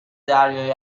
دریایی